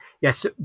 yes